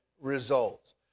results